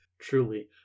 truly